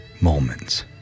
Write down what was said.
moments